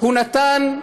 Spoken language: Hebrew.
שהוא נתן,